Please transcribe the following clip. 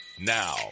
Now